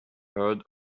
heard